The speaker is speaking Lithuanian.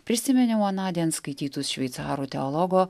prisiminiau anądien skaitytus šveicarų teologo